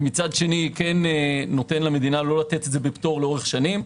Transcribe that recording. ומצד שני כן נותן למדינה לא לתת את זה בפטור לאורך שנים,